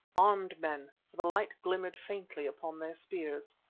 armed men, for the light glimmered faintly upon their spears.